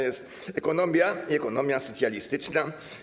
Jest ekonomia i ekonomia socjalistyczna.